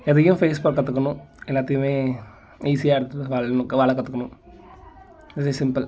எதையும் ஃபேஸ் பண்ண கற்றுக்கணும் எல்லாத்தயும் ஈஸியாக எடுத்து வாழணும் வாழ கற்றுக்கணும் வெரி சிம்பள்